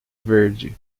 verde